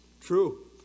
true